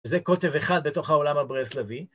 זה כותב אחד בתוך העולם הברסלבי.